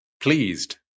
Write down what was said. pleased